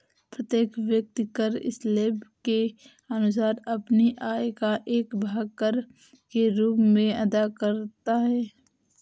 प्रत्येक व्यक्ति कर स्लैब के अनुसार अपनी आय का एक भाग कर के रूप में अदा करता है